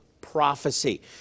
prophecy